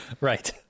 Right